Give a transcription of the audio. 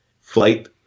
Flight